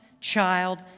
child